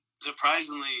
surprisingly